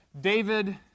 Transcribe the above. David